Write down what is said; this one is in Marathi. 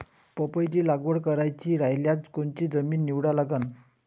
पपईची लागवड करायची रायल्यास कोनची जमीन निवडा लागन?